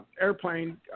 airplane